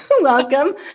Welcome